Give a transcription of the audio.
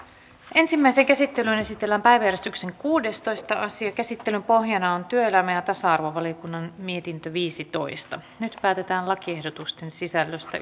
ensimmäiseen käsittelyyn esitellään päiväjärjestyksen kuudestoista asia käsittelyn pohjana on työelämä ja tasa arvovaliokunnan mietintö viisitoista nyt päätetään lakiehdotusten sisällöstä